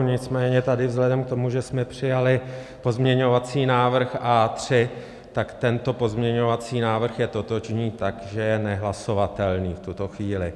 Nicméně vzhledem k tomu, že jsme přijali pozměňovací návrh A3, tak tento pozměňovací návrh je totožný, takže nehlasovatelný v tuto chvíli.